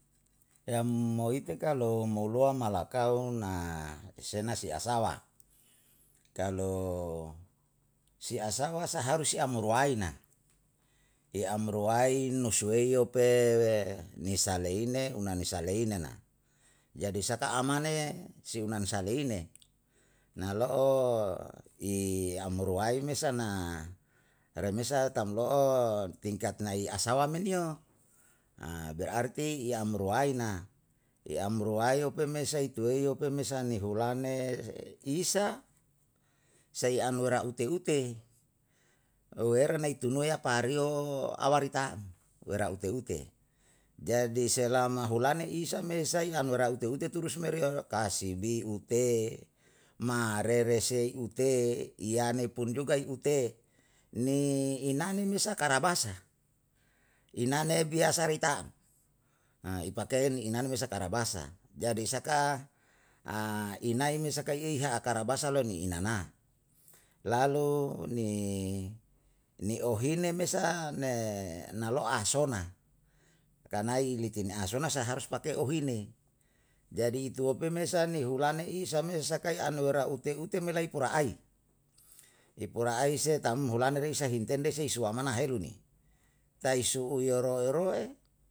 Saka ihimese ihimese ihimese, pada akhirnya saka mo rumah tangga me wase sauwe laisata em tehe rumai tapi mtehe rumai sainati lontehoru maisa tetap sak adat ye so om, adat ye so om tam sa tam, adat ye tetap sae so om, naesa saka dendao? odenda adati lo yale o'una sahu raranao, rara adatiyam sahu sahuweru le jadi anosia apiuwa ilau itemperi le isa isakaru mae, bukan nene i alana rumai tam, isawa me na sai saka sai, sai toma sai, yalem susah, manehi ehu ei liei ya'u susah ye limane yeu ei li ei, ise me? Lewema taneei hidupe pason me riyo, mo kalu hidup i matasiri rumai, sa bisa tam makanya papasi anase omakanara retumata dari pada omakanara harta, harta somakanara harta yae oharus makanara hitumata, na saka seina mane, mansia sia manlima liam na saka saka papao mamao mae, sebab ama'u ra'ao tapi kalu ama ahiyata seine li em seine i uhusiaem, lo sebab mahiyateo, mo kalu oroe mero pepesi anase oroem mesa harus sakae roroe lou sebab oroe na me masa seina mane bisa yonayem, tapi kalu ahiyatesareriya ra tam